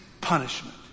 punishment